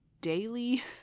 daily